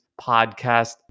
podcast